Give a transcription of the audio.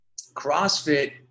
CrossFit